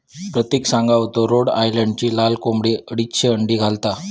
प्रतिक सांगा होतो रोड आयलंडची लाल कोंबडी अडीचशे अंडी घालता